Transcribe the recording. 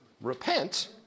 Repent